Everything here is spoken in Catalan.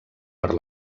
per